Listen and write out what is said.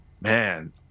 man